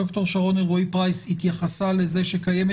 ד"ר שרון אלרועי פרייס התייחסה לזה שקיימת